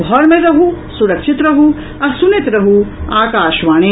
घर मे रहू सुरक्षित रहू आ सुनैत रहू आकाशवाणी